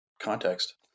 context